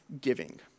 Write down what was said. giving